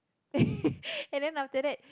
and then after that